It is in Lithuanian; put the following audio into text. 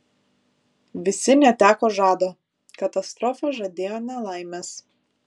visi neteko žado katastrofa žadėjo nelaimes